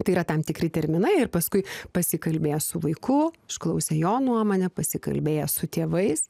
tai yra tam tikri terminai ir paskui pasikalbėjo su vaiku išklausė jo nuomonę pasikalbėjęs su tėvais